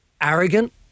arrogant